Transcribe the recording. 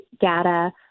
data